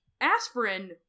Aspirin